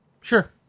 Sure